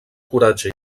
coratge